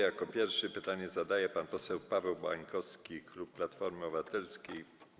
Jako pierwszy pytanie zadaje pan poseł Paweł Bańkowski, klub Platformy Obywatelskiej.